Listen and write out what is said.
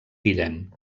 guillem